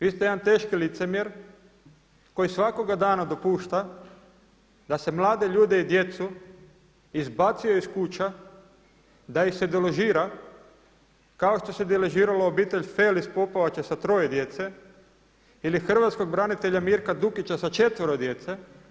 Vi ste jedan teški licemjer koji svakoga dana dopušta da se mlade ljude i djecu izbacuje iz kuća, da ih se deložira kao što se deložiralo obitelj Fel iz Popovače sa troje djece ili hrvatskog branitelja Mirka Dukića sa 4 djece.